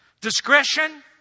discretion